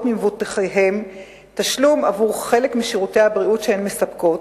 ממבוטחיהן תשלום עבור חלק משירותי הבריאות שהן מספקות,